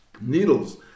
needles